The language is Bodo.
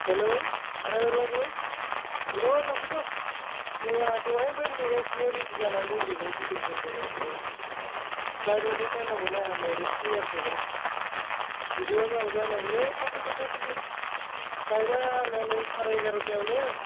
हेलौ द्राइबार बाबु फैद' लांफैद' नै आं दहायनिफ्रायनो नेगासिनो रेडि जाना दंजोबो बेदिं पट्र गासिबो फ्लाइट हमहैथारनांगौना नै रुपसि एयारपर्टाव बिदिबा मारै जानांगौलौ थाब फैद' थाब फैद' फ्लाइट आ आंना नै साराय एगार'थायावनो